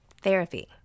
Therapy